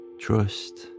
trust